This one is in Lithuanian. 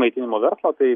maitinimo verslą tai